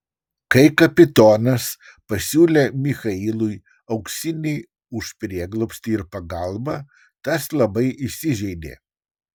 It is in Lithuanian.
kai kapitonas pasiūlė michailui auksinį už prieglobstį ir pagalbą tas labai įsižeidė